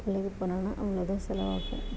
கொல்லைக்கு போனோன்னா அவ்ளோ தான் செலவாகும்